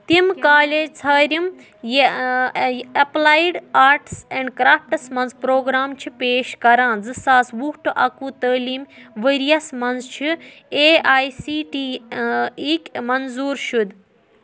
تِم کالج ژھٲنڑِم applied arts and crafts مَنٛز پروگرام چھِ پیش کران زٕساس وُہ ٹُو اَکوُہ تعلیٖم ؤرۍ یَس مَنٛز چھِ اے آی سی ٹی اِک منظوٗر شُد